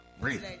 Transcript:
breathe